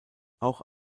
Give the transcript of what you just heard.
auch